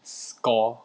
score